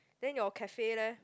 then your cafe leh